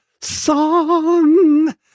song